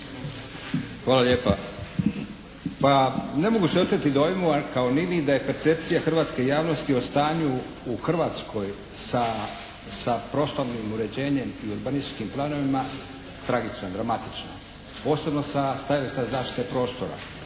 Hvala lijepa. Pa ne mogu se oteti dojmu kao ni vi da je percepcija hrvatske javnosti o stanju u Hrvatskoj sa prostornim uređenjem i urbanističkim planovima tragična, dramatična posebno sa stajališta zaštite prostora.